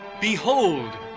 Behold